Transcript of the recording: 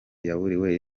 yaburiwe